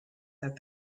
have